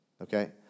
Okay